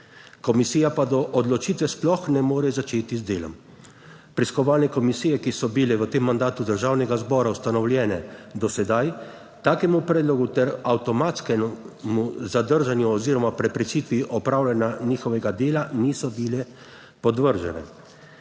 Komisija pa do odločitve sploh ne more začeti z delom. Preiskovalne komisije, ki so bile v tem mandatu Državnega zbora ustanovljene do sedaj takemu predlogu ter avtomatskemu zadržanju oziroma preprečitvi opravljanja njihovega dela niso bile podvržene,